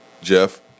Jeff